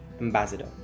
Ambassador